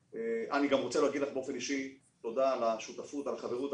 אני גם רוצה להגיד לך באופן אישי תודה על השותפות ועל החברות.